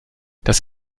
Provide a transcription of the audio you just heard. das